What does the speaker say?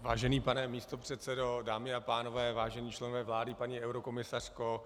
Vážený pane místopředsedo, dámy a pánové, vážení členové vlády, paní eurokomisařko.